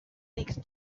next